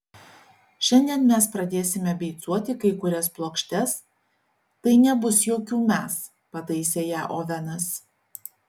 šiandien mes pradėsime beicuoti kai kurias plokštes tai nebus jokių mes pataisė ją ovenas